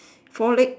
four leg